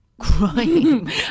Crying